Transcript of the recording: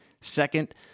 Second